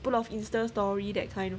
full of insta story that kind